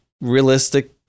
realistic